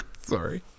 Sorry